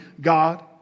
God